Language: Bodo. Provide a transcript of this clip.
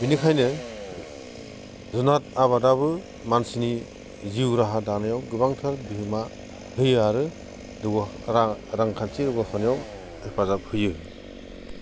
बिनिखायनो जुनाद आबादाबो मानसिनि जिउ राहा दानायाव गोबांथार बिहोमा होयो आरो गोबां रांखान्थि जौगाखांनायाव हेफाजाब होयो